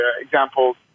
examples